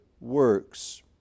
works